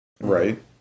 Right